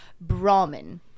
Brahmin